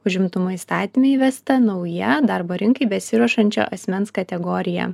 užimtumo įstatyme įvesta nauja darbo rinkai besiruošančio asmens kategorija